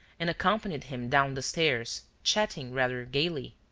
and accompanied him down the stairs, chatting rather gaily.